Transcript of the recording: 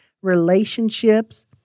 relationships